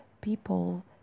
people